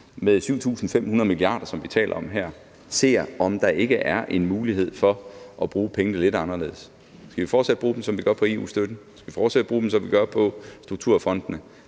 de 7.500 mia. kr., som vi taler om her, ser, om der ikke er en mulighed for at bruge pengene lidt anderledes. Skal vi fortsat bruge dem, som vi gør, på EU-støtten? Skal vi fortsat bruge dem, som vi gør, på strukturfondene?